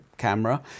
Camera